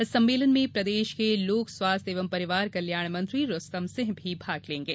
इस सम्मेलन में प्रदेश लोक स्वास्थ्य एवं परिवार कल्याण मंत्री रुस्तम सिंह भी भाग लेंगे